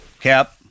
Cap